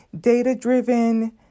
data-driven